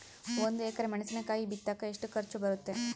ಒಂದು ಎಕರೆ ಮೆಣಸಿನಕಾಯಿ ಬಿತ್ತಾಕ ಎಷ್ಟು ಖರ್ಚು ಬರುತ್ತೆ?